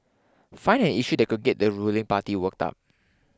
find an issue that could get the ruling party worked up